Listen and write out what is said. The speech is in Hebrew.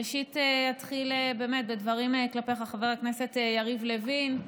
ראשית אתחיל בדברים כלפיך, חבר הכנסת יריב לוין,